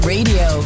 Radio